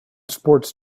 sports